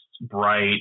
bright